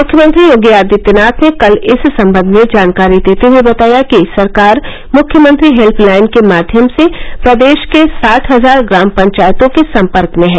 मुख्यमंत्री योगी आदित्यनाथ ने कल इस सम्बंध में जानकारी देते हए बताया कि सरकार मुख्यमंत्री हेल्पलाइन के माध्यम से प्रदेश के साठ हजार ग्राम पंचायतों के सम्पर्क में है